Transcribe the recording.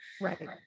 right